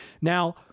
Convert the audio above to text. Now